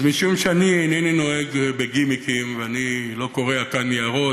אז משום שאני אינני נוהג בגימיקים ואני לא קורע כאן ניירות